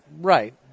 Right